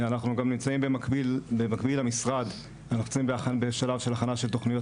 אנחנו גם נמצאים במקביל למשרד בשלב של תוכניות